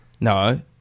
No